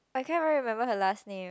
I can't even remember her last name